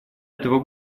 этого